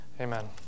Amen